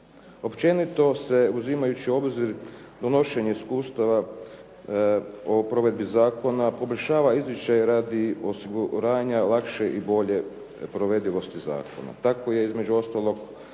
Općenito se, uzimajući u obzir donošenje iskustava o provedbi zakona, poboljšava izričaj radi osiguranja lakše i bolje provedivosti zakona. Tako je između ostalog